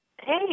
Hey